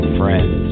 friends